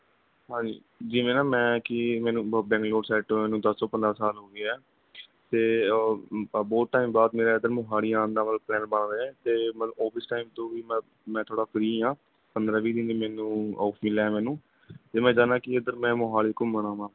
ਹਾਂਜੀ ਜਿਵੇਂ ਨਾ ਮੈਂ ਕਿ ਮੈਨੂੰ ਬੈਂਗਲੌਰ ਸਾਈਡ ਤੋਂ ਮੈਨੂੰ ਦਸ ਤੋਂ ਪੰਦਰਾਂ ਸਾਲ ਹੋ ਗਏ ਹੈ ਅਤੇ ਬਹੁਤ ਟਾਈਮ ਬਾਅਦ ਮੇਰਾ ਇੱਧਰ ਮੋਹਾਲੀ ਆਉਣ ਦਾ ਮਤਲਬ ਪਲੈਨ ਬਣ ਰਿਹਾ ਹੈ ਅਤੇ ਮਤਲਬ ਔਫਿਸ ਟਾਈਮ ਤੋਂ ਵੀ ਮੈਂ ਮੈਂ ਥੋੜ੍ਹਾ ਫ੍ਰੀ ਹਾਂ ਪੰਦਰਾਂ ਵੀਹ ਦਿਨ ਲਈ ਮੈਨੂੰ ਔਫ ਮਿਲਿਆ ਹੈ ਮੈਨੂੰ ਅਤੇ ਮੈਂ ਚਾਹੁੰਦਾ ਕਿ ਇੱਧਰ ਮੈਂ ਮੋਹਾਲੀ ਘੁੰਮਣ ਆਵਾਂ